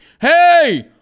hey